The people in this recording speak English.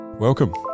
Welcome